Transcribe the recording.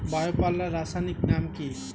Bio পাল্লার রাসায়নিক নাম কি?